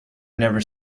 never